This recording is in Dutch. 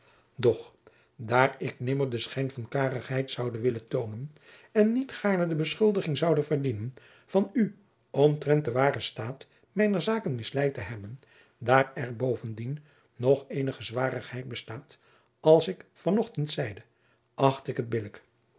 doch daar ik nimmer den schijn van karigheid zoude willen toonen en niet gaarne de beschuldiging zoude verdienen van u omtrent den waren staat mijner zaken misleid te hebben daar er bovendien nog eene zwarigheid bestaat jacob van lennep de pleegzoon als ik van ochtend zeide acht ik het